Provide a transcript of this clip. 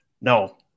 No